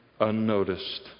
unnoticed